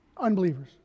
unbelievers